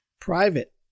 private